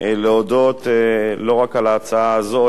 להודות לא רק על ההצעה הזו,